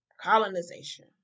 Colonization